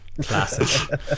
classic